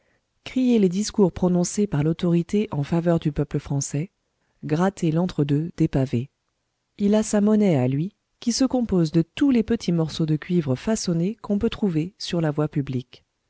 crier les discours prononcés par l'autorité en faveur du peuple français gratter l'entre-deux des pavés il a sa monnaie à lui qui se compose de tous les petits morceaux de cuivre façonné qu'on peut trouver sur la voie publique